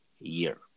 year